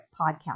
podcast